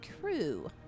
crew